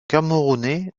camerounais